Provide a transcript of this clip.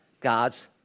God's